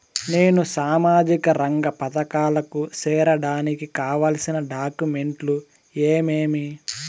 నేను సామాజిక రంగ పథకాలకు సేరడానికి కావాల్సిన డాక్యుమెంట్లు ఏమేమీ?